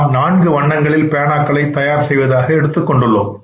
நாம் நான்கு வண்ணங்களில் பேனாக்களை தயார் செய்வதாக எடுத்துக் கொள்வோம்